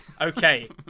Okay